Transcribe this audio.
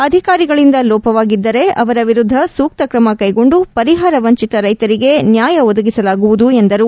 ಅಧಿಕಾರಿಗಳಿಂದ ಲೋಪವಾಗಿದ್ದರೆ ಅವರ ವಿರುದ್ದ ಸೂಕ್ತ ಕ್ರಮ ಕೈಗೊಂಡು ಪರಿಹಾರ ವಂಚಿತ ರೈತರಿಗೆ ನ್ಯಾಯ ಒದಗಿಸಲಾಗುವುದು ಎಂದರು